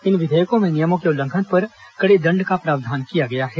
इन विधेयकों में नियमों के उल्लंघन पर कड़े दंड का प्रस्ताव किया गया है